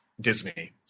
Disney